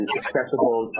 accessible